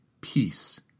peace